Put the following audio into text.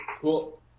Cool